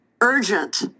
urgent